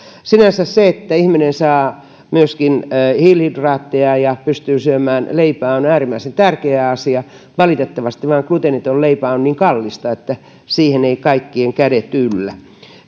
sinänsä se että ihminen saa myöskin hiilihydraatteja ja pystyy syömään leipää on äärimmäisen tärkeä asia valitettavasti vaan gluteeniton leipä on niin kallista että siihen eivät kaikkien kädet yllä